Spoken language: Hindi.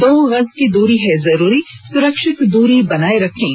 दो गज की दूरी है जरूरी सुरक्षित दूरी बनाए रखें